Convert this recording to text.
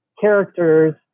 characters